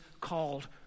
called